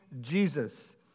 Jesus